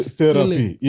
therapy